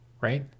Right